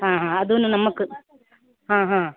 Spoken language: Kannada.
ಹಾಂ ಹಾಂ ಅದೂನು ನಮಗೆ ಹಾಂ ಹಾಂ